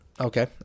Okay